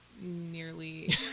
nearly